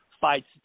fights